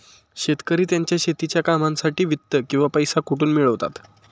शेतकरी त्यांच्या शेतीच्या कामांसाठी वित्त किंवा पैसा कुठून मिळवतात?